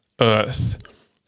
Earth